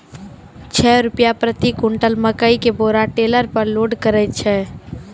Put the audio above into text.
छह रु प्रति क्विंटल मकई के बोरा टेलर पे लोड करे छैय?